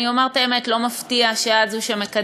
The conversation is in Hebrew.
אני אומר את האמת: לא מפתיע שאת שמקדמת